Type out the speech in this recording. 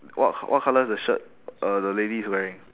what what colour is the shirt uh the lady is wearing